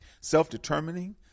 self-determining